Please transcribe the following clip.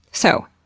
so,